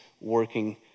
working